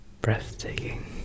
breathtaking